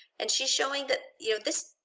and she's showing that, you know, this,